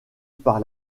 par